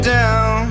down